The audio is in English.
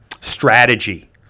strategy